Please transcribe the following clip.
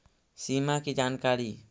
सिमा कि जानकारी?